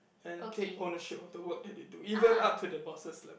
and take ownership of the work that they do even up to the bosses level